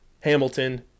Hamilton